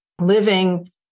living